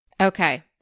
Okay